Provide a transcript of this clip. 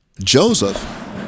Joseph